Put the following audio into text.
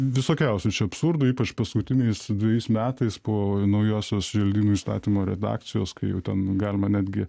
visokiausiu čia absurdų ypač paskutiniais dvejais metais po naujosios želdynų įstatymo redakcijos kai jau ten galima netgi